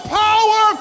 power